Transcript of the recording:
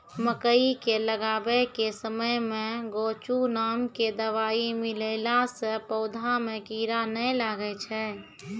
मकई के लगाबै के समय मे गोचु नाम के दवाई मिलैला से पौधा मे कीड़ा नैय लागै छै?